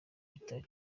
bitari